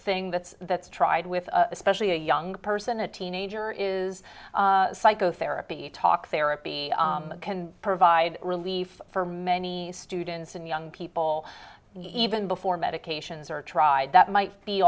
thing that's that's tried with especially a young person a teenager is psychotherapy talk therapy can provide relief for many students and young people even before medications are tried that might be